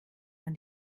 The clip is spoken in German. man